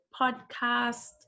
podcast